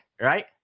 Right